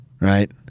right